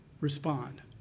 respond